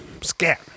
scat